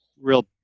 real